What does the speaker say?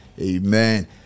Amen